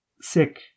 Sick